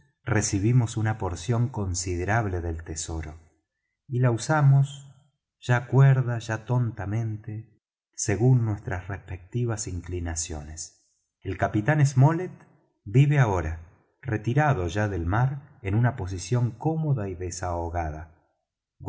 recibimos una porción considerable del tesoro y la usamos ya cuerda ya tontamente según nuestras respectivas inclinaciones el capitán smollet vive ahora retirado ya del mar en una posición cómoda y desahogada